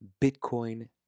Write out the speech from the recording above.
Bitcoin